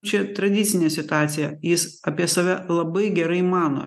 čia tradicinė situacija jis apie save labai gerai mano